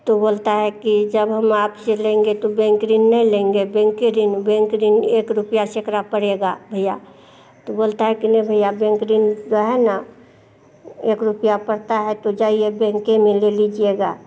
तो बोलता है कि जब हम आपसे लेंगे तो बेंक ऋण नहीं लेंगे बेंकें ऋण बेंक ऋण एक रुपया सैकड़ा पड़ेगा या तो बोलता है कि नहीं भईया बैंक ऋण जो है ना एक रुपया पड़ता है तो जाईए बेंके में ले लीजिएगा